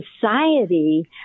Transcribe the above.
society